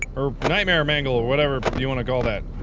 or nightmare mangle or whatever you want to call that.